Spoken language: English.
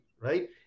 right